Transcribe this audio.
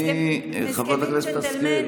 חברת הכנסת השכל,